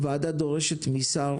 הוועדה דורשת משר